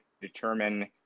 determine